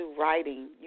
writing